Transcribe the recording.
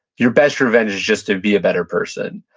your best revenge is just to be a better person.